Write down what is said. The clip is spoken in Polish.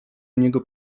niego